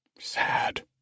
Sad